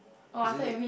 isn't it